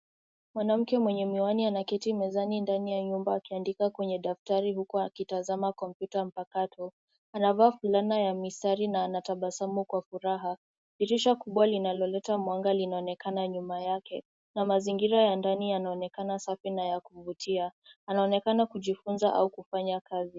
Mwanamke mwenye miwani anaketi mezani ndani ya nyumba akiandika kwenye daftari huku akitazama kompyuta mpakato, anavaa fulana ya mstari na anatabasamu kwa furaha, dirisha kubwa linaloleta mwangaza linaonekana nyuma yake na mazingira ya ndani yanaonekana safi na ya kuvutia.